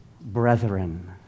brethren